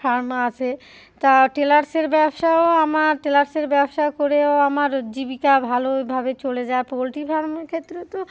farm আছে তা টেলার্সের ব্যবসাও আমার টেলার্সের ব্যবসা করেও আমার জীবিকা ভালোভাবে চলে যায় পোলট্রি ফার্মের ক্ষেত্রে তো